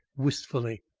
wistfully.